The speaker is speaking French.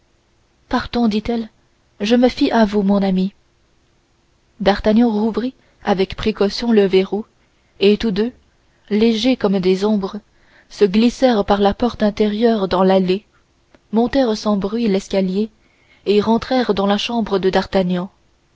partons dit-elle je me fie à vous mon ami d'artagnan rouvrit avec précaution le verrou et tous deux légers comme des ombres se glissèrent par la porte intérieure dans l'allée montèrent sans bruit l'escalier et rentrèrent dans la chambre de d'artagnan